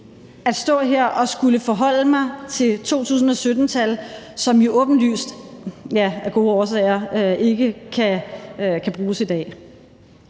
at stå her og skulle forholde mig til 2017-tal, som jo åbenlyst – af gode årsager